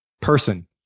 person